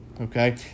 Okay